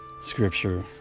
scripture